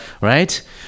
Right